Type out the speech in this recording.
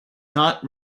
not